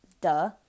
duh